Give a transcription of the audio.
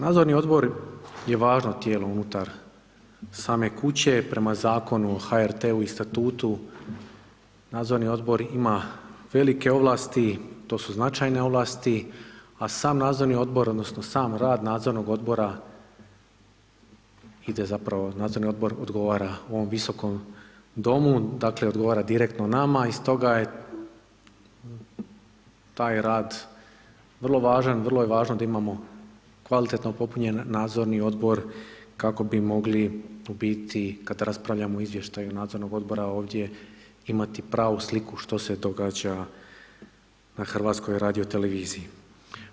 Nadzorni odbor je važno tijelo unutar same kuće prema Zakonu o HRT-u i statutu nadzorni odbor ima velike ovlasti, to su značajne ovlasti, a sam nadzorni odbor odnosno sam rad nadzornog odbora ide zapravo nadzorni odbor odgovara ovom visokom domu, dakle odgovara direktno nama i stoga je taj rad vrlo važan, vrlo je važno da imamo kvalitetno popunjen nadzorni odbor kako bi mogli u biti kad raspravljamo o izvještaju nadzornog odbora ovdje imati pravu sliku što se događa na HRT-u.